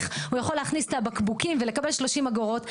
הוא יכול להכניס את הבקבוקים ולקבל 30 אגורות,